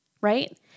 right